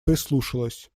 прислушалась